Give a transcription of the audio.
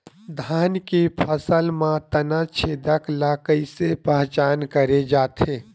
धान के फसल म तना छेदक ल कइसे पहचान करे जाथे?